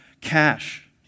Cash